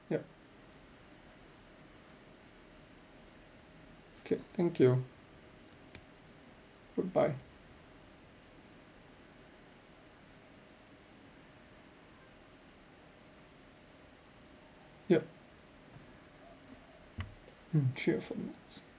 yup okay thank you goodbye yup hmm three or four minutes